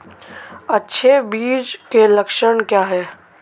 अच्छे बीज के लक्षण क्या हैं?